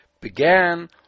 began